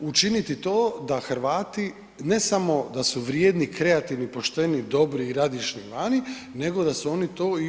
Učiniti to da Hrvati ne samo da su vrijedni, kreativni, pošteni, dobri i radišni vani, nego da su oni to i u RH.